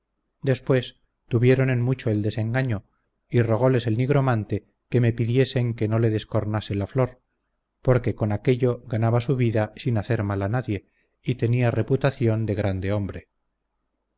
después tuvieron en mucho el desengaño y rogoles el nigromante que me pidiesen que no le descornase la flor porque con aquello ganaba su vida sin hacer mal a nadie y tenía reputación de grande hombre